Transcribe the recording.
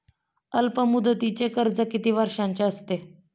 अल्पमुदतीचे कर्ज किती वर्षांचे असते?